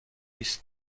است